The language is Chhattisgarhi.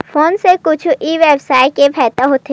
फोन से कुछु ई व्यवसाय हे फ़ायदा होथे?